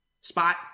spot